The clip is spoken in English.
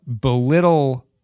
belittle